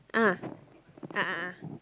ah a'ah ah